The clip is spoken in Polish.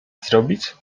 zrobić